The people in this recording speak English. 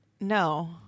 No